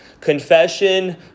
Confession